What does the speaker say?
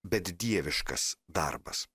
bet dieviškas darbas